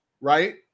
right